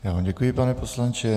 Já vám děkuji, pane poslanče.